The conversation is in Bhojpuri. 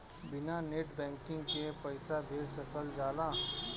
बिना नेट बैंकिंग के पईसा भेज सकल जाला?